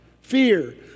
Fear